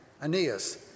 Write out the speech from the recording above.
Aeneas